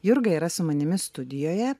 jurga yra su manimi studijoje